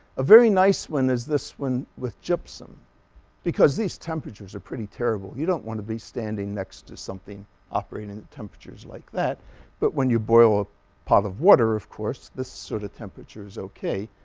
a very nice one is this one with gypsum because these temperatures are pretty terrible you don't want to be standing next to something operating at temperatures like that but when you boil a pot of water of course this sort of temperature is okay.